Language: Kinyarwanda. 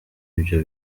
ibyo